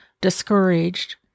discouraged